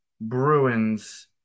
Bruins